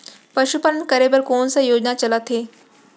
पशुपालन करे बर कोन से योजना चलत हे?